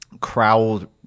crowd